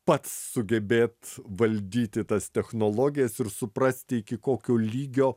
pats sugebėt valdyti tas technologijas ir suprasti iki kokio lygio